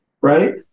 right